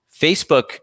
Facebook